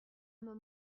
moment